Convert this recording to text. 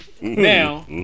Now